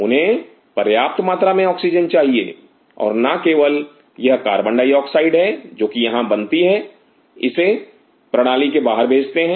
उन्हें पर्याप्त मात्रा में ऑक्सीजन चाहिए और ना केवल यह कार्बन डाइऑक्साइड है जो कि यहां बनती है इसे प्रणाली के बाहर भेजते हैं